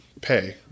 pay